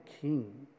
king